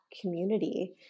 community